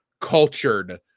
cultured